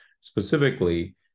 specifically